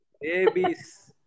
Babies